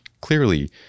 clearly